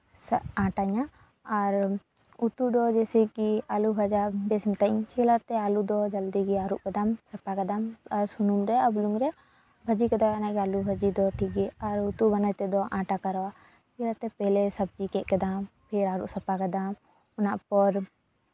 ᱥᱮ ᱟᱴᱤᱧᱟ ᱟᱨ ᱩᱛᱩ ᱫᱚ ᱡᱮᱭᱥᱮ ᱠᱤ ᱟᱹᱞᱩ ᱵᱷᱟᱡᱟ ᱵᱮᱥ ᱢᱮᱛᱟᱜ ᱤᱧ ᱪᱮᱫ ᱞᱮᱠᱟᱛᱮ ᱟᱹᱞᱩ ᱫᱚ ᱡᱚᱞᱫᱤᱜᱮ ᱟᱹᱨᱩᱵ ᱠᱮᱫᱟᱢ ᱥᱟᱯᱷᱟ ᱠᱮᱫᱟᱢ ᱟᱨ ᱥᱩᱱᱩᱢ ᱨᱮ ᱵᱩᱞᱩᱝ ᱨᱮ ᱵᱷᱟᱹᱡᱤ ᱠᱟᱫᱟᱢ ᱚᱱᱟᱜᱮ ᱟᱹᱞᱩ ᱵᱷᱟᱹᱡᱤ ᱫᱚ ᱴᱷᱤᱠ ᱜᱮ ᱟᱨ ᱩᱛᱩ ᱵᱮᱱᱟᱣ ᱛᱮᱫᱚ ᱟᱸᱴᱼᱟ ᱠᱟᱨᱚᱱ ᱪᱮᱫᱟᱜ ᱥᱮ ᱯᱮᱦᱞᱮ ᱥᱚᱵᱽᱡᱤ ᱜᱮᱫ ᱠᱮᱫᱟᱢ ᱯᱷᱤᱨ ᱟᱹᱨᱩᱵ ᱥᱟᱯᱷᱟ ᱠᱟᱫᱟᱢ ᱚᱱᱟ ᱯᱚᱨ